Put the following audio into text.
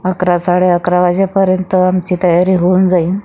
अकरा साडे अकरा वाजेपर्यंत आमची तयारी होऊन जाईल